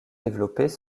développés